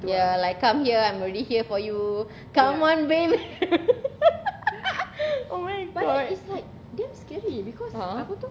ya like come here I'm already here for you come on baby oh my god ha